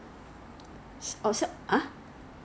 不可以 lah eh 我已经还了那个 product 的钱了 leh